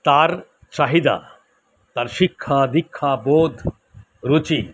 তার চাহিদা তার শিক্ষা দীক্ষা বোধ রুচি